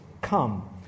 come